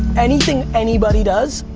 anything anybody does,